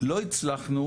לא הצלחנו,